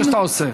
מה שאתה עושה.